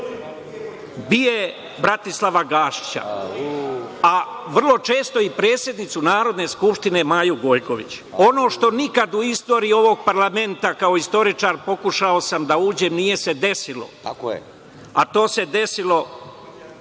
BIA Bratislava Gašića, a vrlo često i predsednicu Narodne skupštine Maju Gojković. Ono što nikad u istoriji ovog parlamenta, kao istoričar pokušao sam da uđem, nije se desilo, a to se desilo